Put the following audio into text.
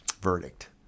verdict